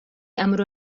أمر